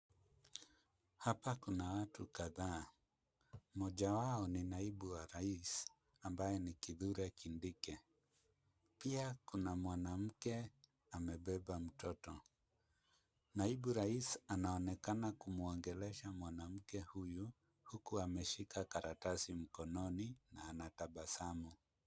Hapa kuna watu kadhaa. Mmoja wao ni naibu wa rais ambaye ni Kithure Kindiki. Pia kuna mwanamke amebeba mtoto. Naibu rais anaonekana kumwongelesha mwanamke huyu, huku ameshika karatasi mkononi na anatabasamu.